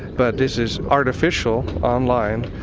but this is artificial online,